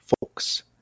folks